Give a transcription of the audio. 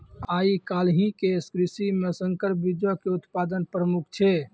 आइ काल्हि के कृषि मे संकर बीजो के उत्पादन प्रमुख छै